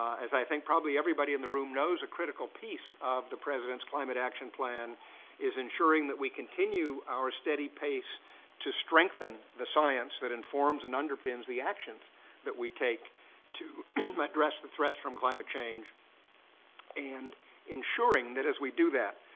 as i think probably everybody in the room knows, knows, a critical piece of the president's climate action plan is ensuring that we continue our steady pace to strengthen the science that informs and underpins the actions that we take to address the threats from climate change and ensuring that as we do that,